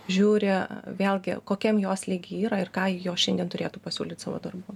žiūri vėlgi kokiam jos lygy yra ir ką jos šiandien turėtų pasiūlyt savo darbuo